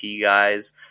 guys